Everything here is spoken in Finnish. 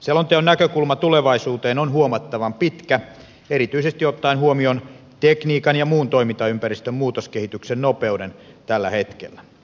selonteon näkökulma tulevaisuuteen on huomattavan pitkä erityisesti ottaen huomioon tekniikan ja muun toimintaympäristön muutoskehityksen nopeuden tällä hetkellä